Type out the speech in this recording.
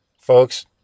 Folks